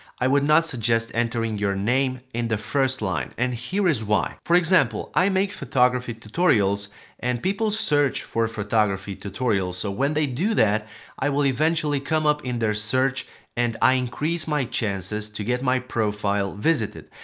i would not suggest entering your name in the first line, and here is why. for example i make photography tutorials and people search for photography tutorials so when they do that i will eventually come up in their search and i increase my chances to get my profile visited.